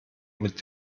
mit